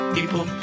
People